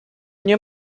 nie